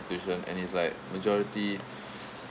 and it's like majority